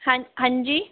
हाँ हाँ जी